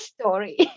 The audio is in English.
story